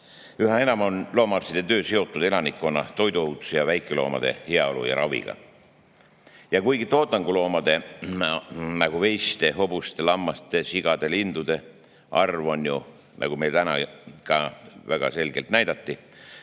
Üha enam on loomaarstide töö seotud elanikkonna toiduohutuse ja väikeloomade heaolu ja raviga. Ja kuigi toodanguloomade, nagu veiste, hobuste, lammaste, sigade, lindude arv on drastiliselt langenud, nagu meile täna väga selgelt näidati,